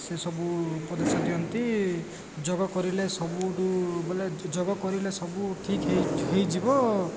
ସେ ସବୁ ଉପଦେଶ ଦିଅନ୍ତି ଯୋଗ କରିଲେ ସବୁଠୁ ବୋଲେ ଯୋଗ କରିଲେ ସବୁ ଠିକ୍ ହେଇ ହେଇଯିବ